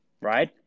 Right